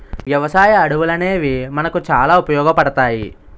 వ్యవసాయ అడవులనేవి మనకు చాలా ఉపయోగపడతాయి